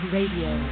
Radio